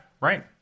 right